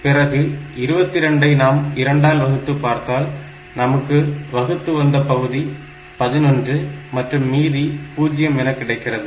பிறகு 22 ஐ நாம் 2 ஆல் வகுத்து பார்த்தால் நமக்கு வகுத்து வந்த பகுதி 11 மற்றும் மீதி 0 என கிடைக்கிறது